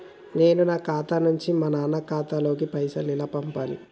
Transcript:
నేను నా ఖాతా నుంచి మా నాన్న ఖాతా లోకి పైసలు ఎలా పంపాలి?